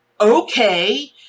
okay